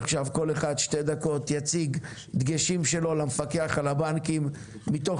עכשיו כל אחד בשתי דקות יציג דגשים שלו למפקח על הבנקים מתוך